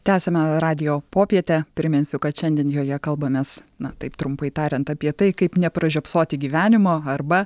tęsiame radijo popietę priminsiu kad šiandien joje kalbamės na taip trumpai tariant apie tai kaip nepražiopsoti gyvenimo arba